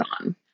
on